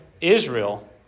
Israel